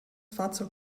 fahrzeug